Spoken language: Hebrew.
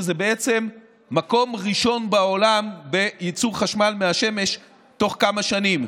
שזה בעצם מקום ראשון בעולם בייצור חשמל מהשמש תוך כמה שנים.